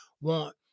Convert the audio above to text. want